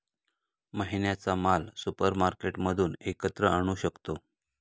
महिन्याचा माल सुपरमार्केटमधून एकत्र आणू शकतो